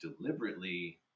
deliberately